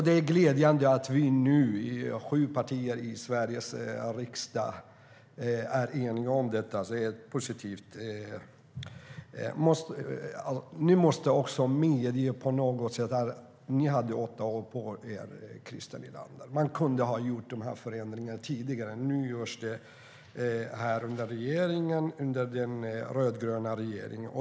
Det är glädjande att sju partier i Sveriges riksdag är eniga. Det är positivt. Ni hade åtta år på er, Christer Nylander. Den tidigare regeringen kunde ha gjort dessa förändringar tidigare. Nu görs de under den rödgröna regeringen.